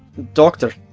doctor,